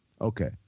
okay